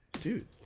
dude